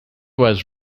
was